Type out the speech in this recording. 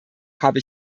habe